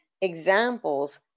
examples